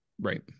right